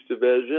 Division